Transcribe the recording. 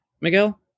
Miguel